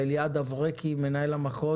ואליעד אברקי מנהל המחוז,